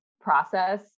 process